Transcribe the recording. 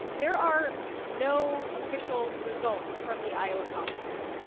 there are no official results from the iowa caucuses.